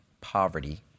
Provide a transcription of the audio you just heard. poverty